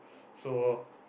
so